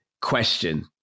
question